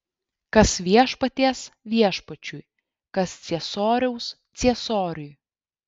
kas viešpaties viešpačiui kas ciesoriaus ciesoriui